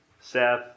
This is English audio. Seth